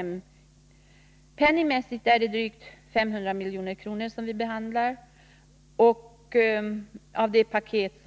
I pengar räknat är det drygt 500 miljoner av de 4 miljarder som paketet